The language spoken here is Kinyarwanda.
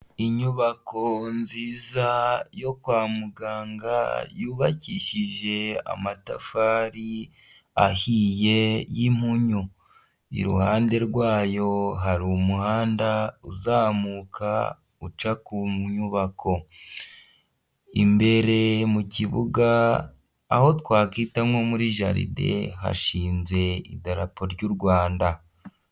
Inyubako nziza yo kwa muganga yubakishije amatafari ahiye y'impunyu, iruhande rwayo hari umuhanda uzamuka uca ku nyubako imbere mu kibuga aho twakwita nko muri jaride hashinze idarapo ry'u rwanda.